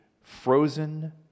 frozen